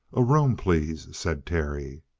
a room, please, said terry.